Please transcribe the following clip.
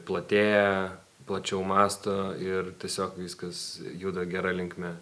platėja plačiau mąsto ir tiesiog viskas juda gera linkme